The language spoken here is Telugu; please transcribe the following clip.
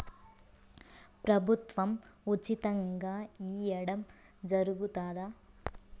ప్రభుత్వం ఉచితంగా ఇయ్యడం జరుగుతాదా?